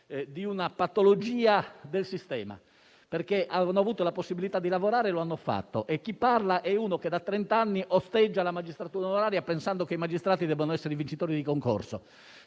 di una patologia del sistema. Avevano avuto infatti la possibilità di lavorare e lo hanno fatto. Chi parla è uno che da trenta anni osteggia la magistratura onoraria pensando che i magistrati debbano essere vincitori di concorso.